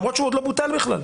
אבל אחת ההצעות לתת לזה מענה,